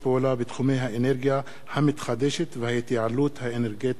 פעולה בתחומי האנרגיה המתחדשת וההתייעלות האנרגטית.